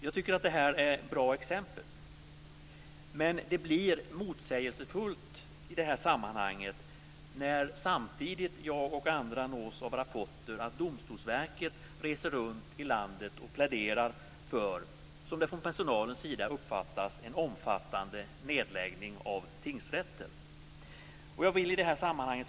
Jag tycker detta är ett bra exempel. Men i det här sammanhanget blir det motsägelsefullt när vi samtidigt nås av rapporter om att Domstolsverket reser runt landet och pläderar för - som personalen uppfattar det - en omfattande nedläggning av tingsrätter.